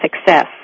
success